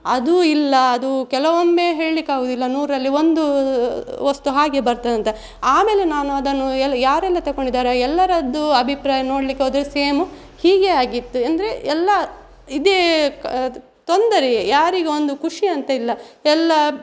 ಅದು ಇಲ್ಲ ಅದು ಕೆಲವೊಮ್ಮೆ ಹೇಳಲಿಕ್ಕಾಗೋದಿಲ್ಲ ನೂರರಲ್ಲಿ ಒಂದು ವಸ್ತು ಹಾಗೆ ಬರ್ತದಂತ ಆಮೇಲೆ ನಾನು ಅದನ್ನು ಎಲ್ಲ ಯಾರೆಲ್ಲ ತಗೊಂಡಿದ್ದರೋ ಎಲ್ಲರದ್ದೂ ಅಭಿಪ್ರಾಯ ನೋಡಲಿಕ್ಕೋದ್ರೆ ಸೇಮ್ ಹೀಗೆ ಆಗಿತ್ತು ಅಂದರೆ ಎಲ್ಲ ಇದೇ ತೊಂದರೆಯೇ ಯಾರಿಗೆ ಒಂದು ಖುಷಿ ಅಂತ ಇಲ್ಲ ಎಲ್ಲ